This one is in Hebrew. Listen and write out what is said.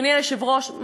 אדוני היושב-ראש,